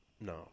No